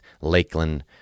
Lakeland